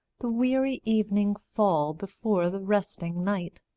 the weary evening fall before the resting night.